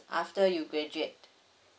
after you graduate